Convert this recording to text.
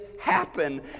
happen